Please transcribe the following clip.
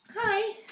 Hi